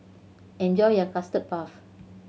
enjoy your Custard Puff